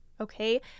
Okay